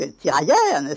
tirailleurs